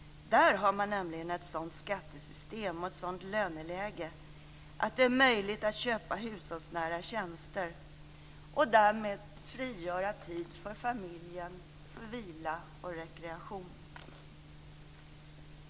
Där har man nämligen ett sådant skattesystem och ett sådant löneläge att det är möjligt att köpa hushållsnära tjänster och därmed frigöra tid för familjen och för vila och rekreation.